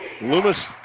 Loomis